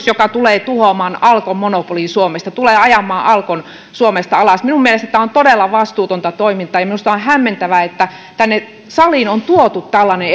joka tulee tuhoamaan alkon monopolin suomesta tulee ajamaan alkon suomesta alas minun mielestä tämä on todella vastuutonta toimintaa minusta on hämmentävää että saliin on tuotu tällainen